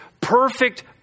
perfect